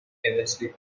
eventually